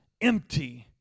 empty